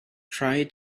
try